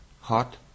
hot